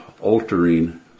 altering